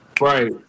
right